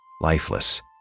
lifeless